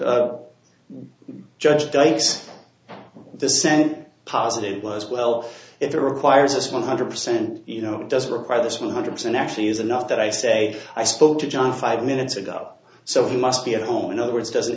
what judge date the cent positive was well it requires us one hundred percent you know it doesn't require this one hundred percent actually is enough that i say i spoke to john five minutes ago so he must be at home in other words doesn't